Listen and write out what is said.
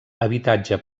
habitatge